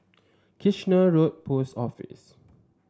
Kitchener Road Post Office